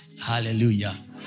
Hallelujah